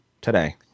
today